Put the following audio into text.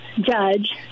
judge